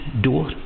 door